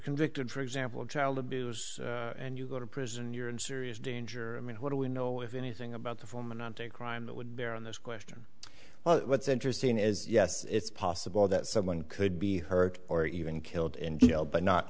convicted for example of child abuse and you go to prison you're in serious danger i mean what do we know if anything about the foreman on to crime that would bear on this question well what's interesting is yes it's possible that someone could be hurt or even killed in jail but not